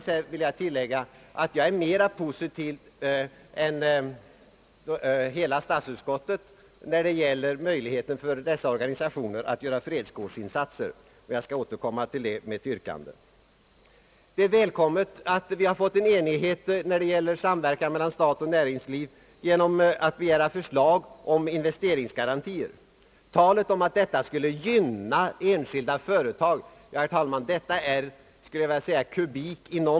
Inom parentes vill jag tillägga att jag är mera positiv än hela statsutskottet i fråga om möjligheten för dessa organisationer att göra fredskårsinsatser. Jag skall återkomma till det med ett yrkande. Det är välkommet att vi uppnått enighet om samverkan mellan staten och näringslivet och enats om att begära förslag om investeringsgarantier. Talet om att detta skulle gynna enskilda företag, herr talman, är »nonsens i kubik».